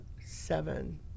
seven